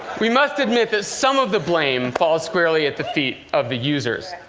we must admit that some of the blame falls squarely at the feet of the users.